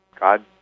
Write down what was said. God